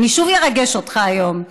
אני שוב ארגש אותך היום.